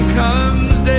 comes